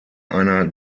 einer